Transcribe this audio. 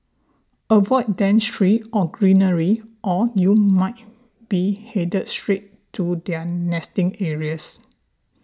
avoid dense trees or greenery or you might be headed straight to their nesting areas